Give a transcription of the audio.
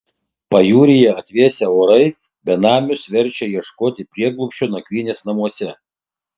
pajūryje atvėsę orai benamius verčia ieškoti prieglobsčio nakvynės namuose